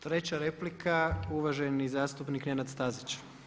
Treća replika uvaženi zastupnik Nenad Stazić.